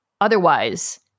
otherwise